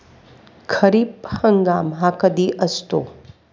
खरीप हंगाम हा कधी असतो?